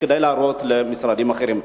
שכדאי להראות למשרדים אחרים.